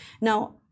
Now